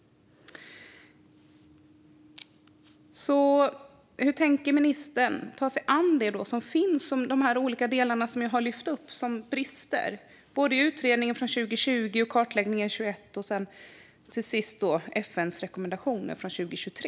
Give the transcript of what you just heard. Hur tänker ministern ta sig an de olika delar som jag har lyft upp som brister både i utredningen från 2020, i kartläggningen från 2021 och till sist i FN:s rekommendationer från 2023?